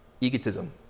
egotism